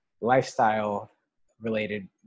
lifestyle-related